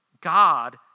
God